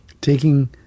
Taking